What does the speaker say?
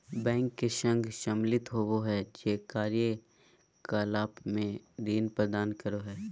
bank के संघ सम्मिलित होबो हइ जे कार्य कलाप में ऋण प्रदान करो हइ